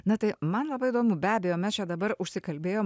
na tai man labai įdomu be abejo mes čia dabar užsikalbėjom